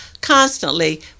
constantly